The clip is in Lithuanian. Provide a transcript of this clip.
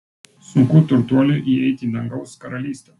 sunku turtuoliui įeiti į dangaus karalystę